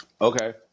okay